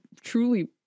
truly